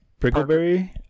Brickleberry